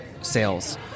sales